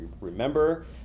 remember